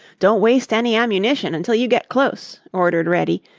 don't waste any ammunition until you get close, ordered reddy,